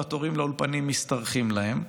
התורים לאולפנים משתרכים להם,